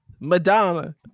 Madonna